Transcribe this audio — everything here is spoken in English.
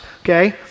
okay